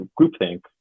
groupthink